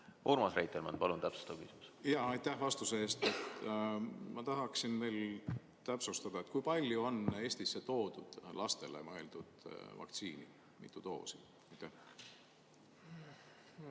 Urmas Reitelmann, palun! Täpsustav küsimus. Jaa. Aitäh vastuse eest! Ma tahaksin veel täpsustada: kui palju on Eestisse toodud lastele mõeldud vaktsiini? Mitu doosi? Jaa.